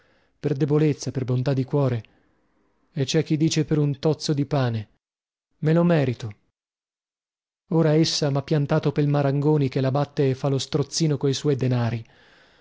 per debolezza per bontà di cuore e cè chi dice per un tozzo di pane me lo merito ora essa mha piantato pel marangoni che la batte e fa lo strozzino coi suoi denari